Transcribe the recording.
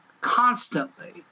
constantly